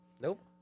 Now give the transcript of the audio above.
Nope